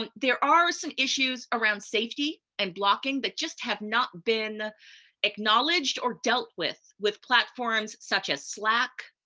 um there are some issues around safety and blocking that just have not been acknowledged or dealt with with platforms such as slack,